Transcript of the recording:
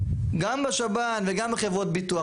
גם בשב"ן וגם בחברות הביטוח,